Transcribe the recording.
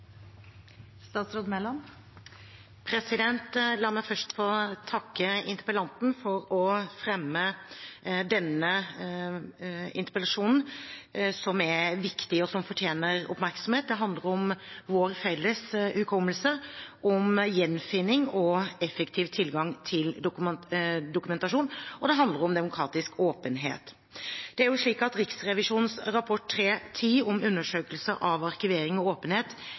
La meg først få takke interpellanten for å fremme denne interpellasjonen, som er viktig, og som fortjener oppmerksomhet. Det handler om vår felles hukommelse, om gjenfinning av og effektiv tilgang til dokumentasjon, og det handler om demokratisk åpenhet. Det er jo slik at Dokument 3:10 for 2016–2017, Riksrevisjonens undersøkelse av arkivering og åpenhet